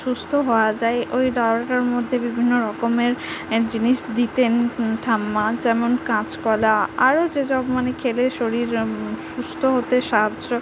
সুস্থ হওয়া যায় ওই ডাঁটাটার মধ্যে বিভিন্ন রকমের এর জিনিস দিতেন ঠাম্মা যেমন কাঁচকলা আরও যে সব মানে খেলে শরীর সুস্থ হতে সাহায্য